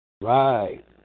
Right